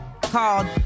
called